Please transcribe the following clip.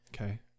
Okay